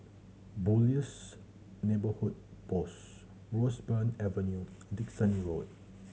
Boon Lays Neighbourhood Post Roseburn Avenue Dickson Road